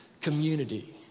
community